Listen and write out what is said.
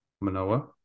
Manoa